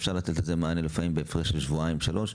כשאפשר לתת לזה מענה בהפרש של שבועיים שלושה,